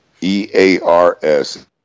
E-A-R-S